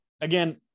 again